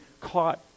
caught